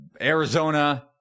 Arizona